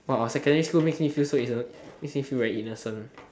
!wow! our secondary school makes me feel very innocent